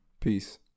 Peace